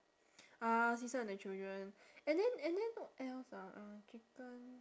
ah seesaw and the children and then and then what else ah uh chicken